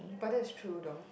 but that's true though